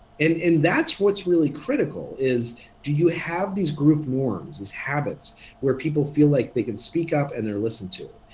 and and that's what's really critical, is do you have these group norms, these habits where people feel like they can speak up and they're listened to,